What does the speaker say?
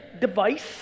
device